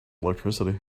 electricity